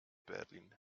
berlin